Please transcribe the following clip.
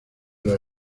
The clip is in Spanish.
los